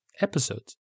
episodes